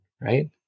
right